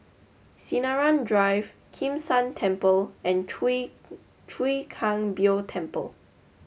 Sinaran Drive Kim San Temple and Chwee Chwee Kang Beo Temple